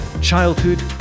childhood